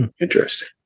interesting